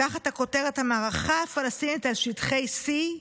תחת הכותרת: המערכה הפלסטינית על שטחי C,